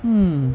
hmm